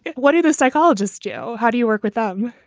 what do the psychologists do? how do you work with them?